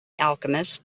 alchemist